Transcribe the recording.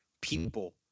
people